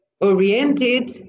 oriented